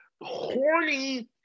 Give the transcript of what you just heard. horny